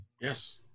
Yes